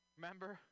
Remember